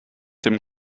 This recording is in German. dem